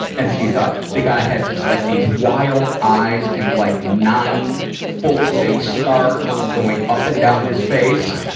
and, so you thought, the guy had just, like, these wild eyes, and, like, nine full face scars going up and down his face.